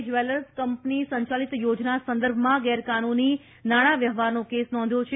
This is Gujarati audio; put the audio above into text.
જેવેલ્સ કંપની સંચાલીત યોજના સંદર્ભમાં ગેરકાનૂની નાણાં વ્યવહારનો કેસ નોંધ્યો છે